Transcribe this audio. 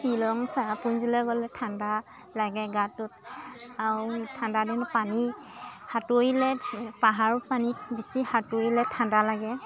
শ্বিলং চেৰাপুঞ্জিলৈ গ'লে ঠাণ্ডা লাগে গাটোত আৰু ঠাণ্ডা দিন পানী সাঁতুৰিলে পাহাৰ পানীত বেছি সাঁতুৰিলে ঠাণ্ডা লাগে